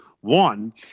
One